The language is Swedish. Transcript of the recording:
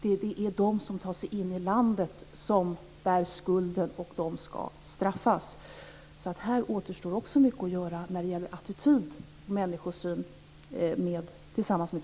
Det är de som tar sig in i landet som bär skulden, och de ska straffas. Det återstår alltså också mycket att göra när det gäller attityd och människosyn tillsammans med